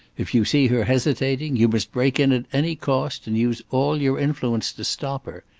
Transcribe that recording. if you see her hesitating, you must break in at any cost, and use all your influence to stop her.